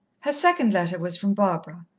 her second letter was from barbara.